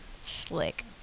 Slick